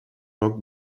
rock